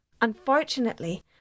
Unfortunately